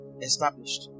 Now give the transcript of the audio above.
established